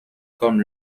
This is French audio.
comme